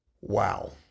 Wow